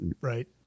Right